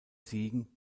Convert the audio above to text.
siegen